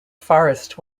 forrest